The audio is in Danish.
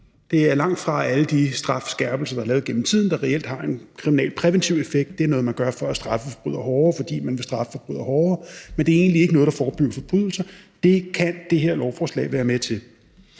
Det er langtfra alle de strafskærpelser, der er lavet gennem tiden, der reelt har en kriminalpræventiv effekt. Det er noget, man gør for at straffe forbrydere hårdere, fordi man vil straffe forbrydere hårdere, men det er egentlig ikke noget, der forebygger forbrydelser. Det kan det her lovforslag været med til.